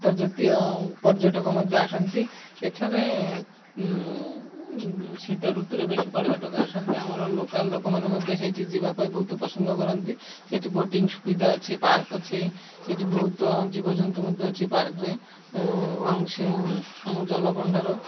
ଆନ୍ତର୍ଜାତୀୟ ପର୍ଯ୍ୟଟକ ମଧ୍ୟ ଆସନ୍ତି ଏଠାରେ ଶୀତ ଋତୁରେ ବେଶୀ ପର୍ଯ୍ୟଟକ ଆସନ୍ତି ଆମର ଲୋକାଲ୍ ଲୋକମାନେ ମଧ୍ୟ ସେଇଠି ଯିବା ପାଇଁ ବହୁତ ପସନ୍ଦ କରନ୍ତି ସେଠି ବୋଟିଂ ସୁବିଧା ଅଛି ପାର୍କ ଅଛି ସେଠି ବହୁତ ଜୀବଜନ୍ତୁ ମଧ୍ୟ ଅଛି ପାର୍କରେେ ଏବଂ ସେ ଆମ ଜଳଭଣ୍ଡାର